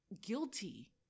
guilty